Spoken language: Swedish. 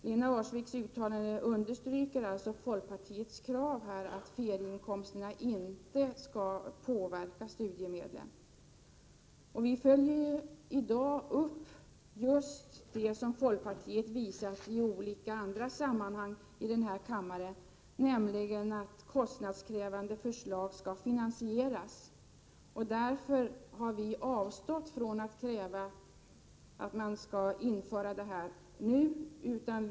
Lena Öhrsviks uttalande understryker alltså folkpartiets krav att ferieinkomsterna inte skall påverka studiemedlen. Vi följer i dag upp en uppfattning som folkpartiet framfört i andra sammanhang här i kammaren, nämligen att kostnadskrävande förslag skall finansieras. Därför har vi avstått från att kräva ett införande av denna förändring nu.